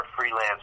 freelance